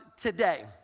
today